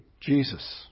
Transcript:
Jesus